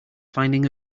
finding